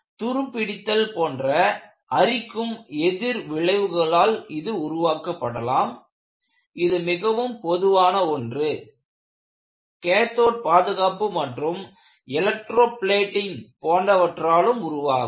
துருப்பிடித்தல் போன்ற அரிக்கும் எதிர்விளைவுகளால் இது உருவாக்கப்படலாம் இது மிகவும் பொதுவான ஒன்றுகேதோட் பாதுகாப்பு மற்றும் எலக்ட்ரோபிளேட்டிங் போன்றவற்றாலும் உருவாகும்